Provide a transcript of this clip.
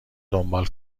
دنبال